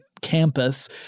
campus